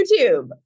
YouTube